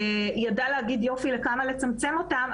ידעה להגיד יופי לכמה לצמצם אותן,